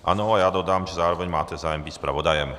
Ano, já dodám, že zároveň máte zájem být zpravodajem.